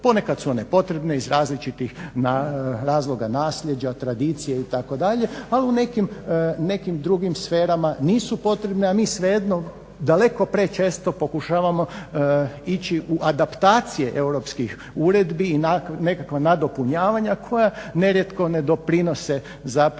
Ponekad su one potrebne iz različitih razloga nasljeđa, tradicije itd. ali u nekim drugim sferama nisu potrebne a mi svejedno daleko prečesto pokušavamo ići u adaptacije europskih uredbi i nekakva nadopunjavanja koja nerijetko ne doprinose zapravo